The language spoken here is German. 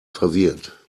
verwirrt